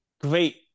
great